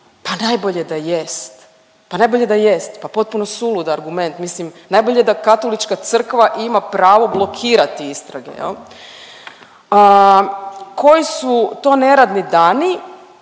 Pa najbolje da jest, pa najbolje da jest, pa potpuno sulud argument, mislim najbolje da Katolička crkva ima pravo blokirati istrage jel. Koji su to neradni dani